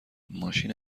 ماشین